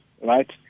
right